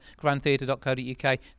grandtheatre.co.uk